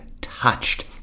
touched